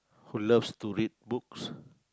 who loves to read books